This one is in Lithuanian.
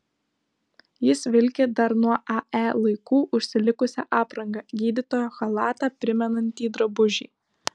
jis vilki dar nuo ae laikų užsilikusią aprangą gydytojo chalatą primenantį drabužį